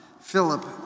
Philip